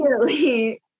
Immediately